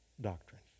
doctrine